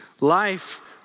Life